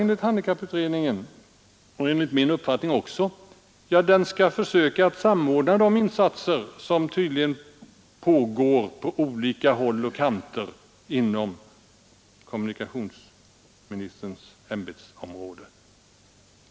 Enligt handikapputredningen och även enligt min uppfattning skall denna arbetsgrupp försöka samordna de insatser som görs på olika håll och kanter inom kommunikationsministerns ämbetsområde.